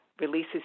releases